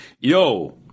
Yo